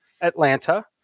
Atlanta